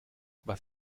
was